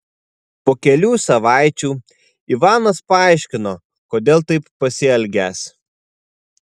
po kelių savaičių ivanas paaiškino kodėl taip pasielgęs